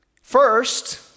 First